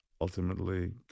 ultimately